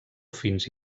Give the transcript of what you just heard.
fins